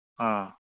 ꯑ